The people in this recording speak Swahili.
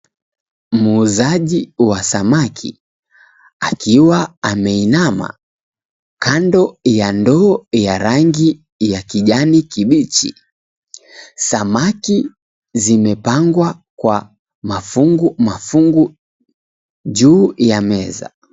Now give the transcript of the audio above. Muuzaji wa samaki akiwa ameinama kando ya ndoo ya rangi ya kijani kibichi. Samaki wamepangwa kwa mafungu mafungu juu ya meza.